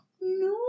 No